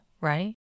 right